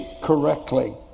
correctly